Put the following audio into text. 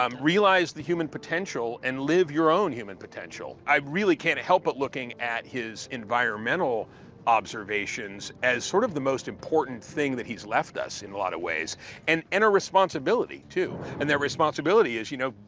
um realize the human potential, and live your own human potential. i really can't help but looking at his environmental observations as sort of the most important thing that he's left us in a lot of ways and and a responsibility, too. and that responsibility is, you know,